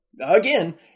again